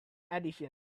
edition